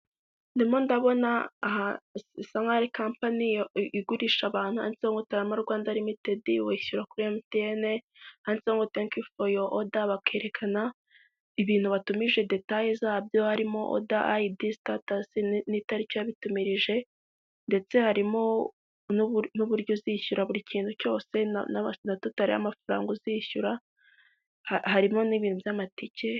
Ndimo ndabona aha bisa nkaho igurisha abantu handitseho ngo Tarama Rwanda rimitedi wishyura kuri Emutiyene handitseho ngo tenkiyu foru yuwa oda bakerekana ibintu watumije detaye zabyo harimo oda ayidi, sitatasi n'itariki wabitumirije, ndetse harimo n'uburyo uzishyura buri kintu cyose na totari y'amafaranga uzishyura harimo n'ibintu by'amatike.